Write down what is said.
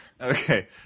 Okay